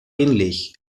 ähnlich